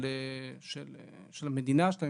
של המדינה, של הממשלה,